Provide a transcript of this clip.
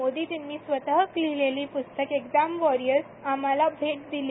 मोदीजींनी स्वतः लिहिलेली प्स्तक एक्झाम वोरियर्स आम्हाला भेट दिली